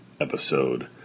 episode